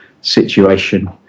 situation